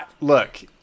Look